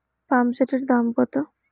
পাম্পসেটের দাম কত?